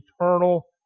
eternal